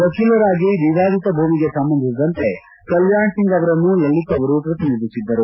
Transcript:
ವಹೀಲರಾಗಿ ವಿವಾದಿತ ಭೂಮಿಗೆ ಸಂಬಂಧಿಸಿದಂತೆ ಕಲ್ಮಾಣ್ ಸಿಂಗ್ ಅವರನ್ನು ಲಲಿತ್ ಅವರು ಪ್ರತಿನಿಧಿಸಿದ್ದರು